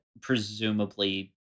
presumably